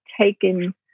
taken